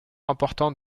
importante